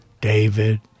David